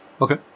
Okay